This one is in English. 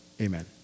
Amen